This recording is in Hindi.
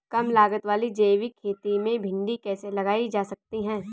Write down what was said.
कम लागत वाली जैविक खेती में भिंडी कैसे लगाई जा सकती है?